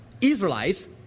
Israelites